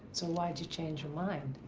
so why'd you change your mind?